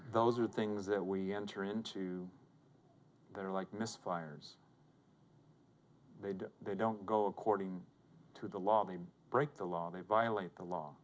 those are things that we enter into that are like misfires they do they don't go according to the law the break the law they violate the law